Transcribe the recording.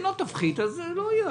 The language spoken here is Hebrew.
אם לא תפחית אז זה לא יהיה.